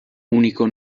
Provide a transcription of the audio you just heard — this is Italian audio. unico